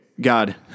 God